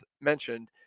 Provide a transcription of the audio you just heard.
mentioned